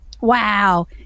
Wow